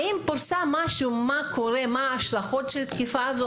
האם פורסם מה ההשלכות של התקיפה הזאת?